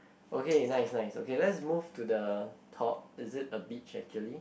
okay nice nice okay let's move to the top is it a beach actually